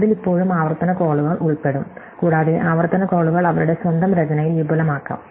അതിൽ ഇപ്പോഴും ആവർത്തന കോളുകൾ ഉൾപ്പെടും കൂടാതെ ആവർത്തന കോളുകൾ അവരുടെ സ്വന്തം രചനയിൽ വിപുലമാക്കാം